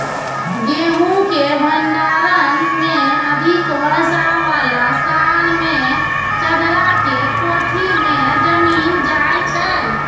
गेहूँ के भंडारण मे अधिक वर्षा वाला साल मे चदरा के कोठी मे जमीन जाय छैय?